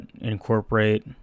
incorporate